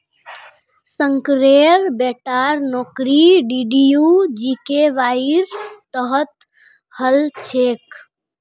शंकरेर बेटार नौकरी डीडीयू जीकेवाईर तहत हल छेक